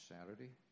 Saturday